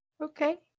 Okay